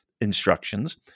instructions